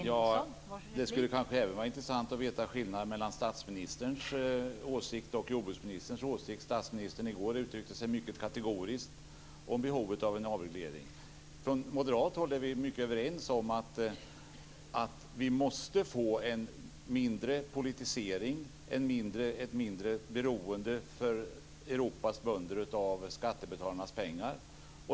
Fru talman! Det skulle kanske även vara intressant att veta skillnaden mellan statsministerns åsikt och jordbruksministerns. Statsministern uttryckte sig i går mycket kategoriskt om behovet av en avreglering. Från moderat håll är vi helt överens om att vi måste få mindre politisering och mindre beroende för Europas bönder av skattebetalarnas pengar.